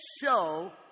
show